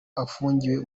afungiwe